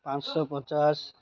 ପାଞ୍ଚଶହ ପଚାଶ